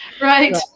Right